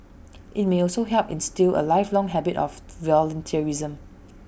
IT may also help instil A lifelong habit of volunteerism